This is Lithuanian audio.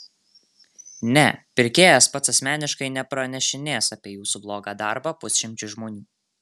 ne pirkėjas pats asmeniškai nepranešinės apie jūsų blogą darbą pusšimčiui žmonių